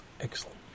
Excellent